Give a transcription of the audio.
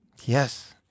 Yes